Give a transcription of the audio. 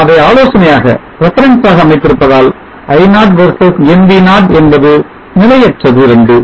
நாம் அதை ஆலோசனையாக அமைந்திருப்பதால் I0 versus nv0 என்பது நிலையற்றது 2